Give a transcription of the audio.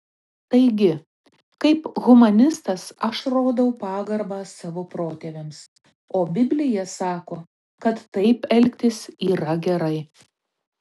taigi kaip humanistas aš rodau pagarbą savo protėviams o biblija sako kad taip elgtis yra gerai